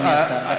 אדוני השר.